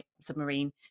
submarine